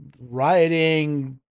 Rioting